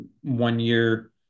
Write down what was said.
one-year